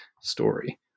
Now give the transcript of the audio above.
story